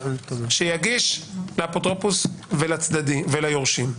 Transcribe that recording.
אז שיגיש לאפוטרופוס וליורשים.